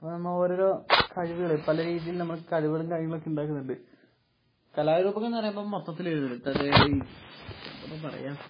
അപ്പം നമ്മൾ ഓരോ ഓരോ കഴിവുകൾ പല രീതിയിൽ നമ്മൾ കഴിവുകളും കാര്യങ്ങളൊക്കെ ഉണ്ടാക്കുന്നുണ്ട് കലാരൂപം എന്നു പറയുമ്പോൾ മൊത്തത്തിൽ എഴുതുന്നത് ഈ എന്താണ് ഇപ്പം പറയാം